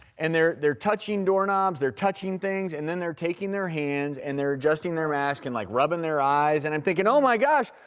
and they're they're touching doorknobs. they're touching things and then they're taking their hands and they're adjusting their masks and like rubbing their eyes and i'm thinking oh my gosh,